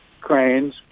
cranes